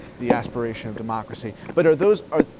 the aspiration of democracy. but are those, are,